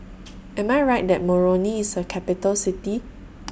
Am I Right that Moroni IS A Capital City